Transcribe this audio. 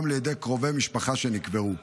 גם ליד קרובי משפחה שנקברו.